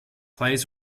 plays